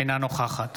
אינה נוכחת